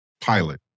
Pilot